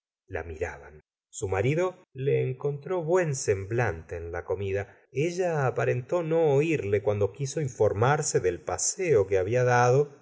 la miraban su marido la encontró buen semblante en la comida ella aparentó no oírle cuando quiso informarse del paseo que había dado